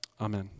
amen